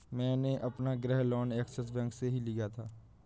मैंने अपना गृह लोन ऐक्सिस बैंक से ही लिया था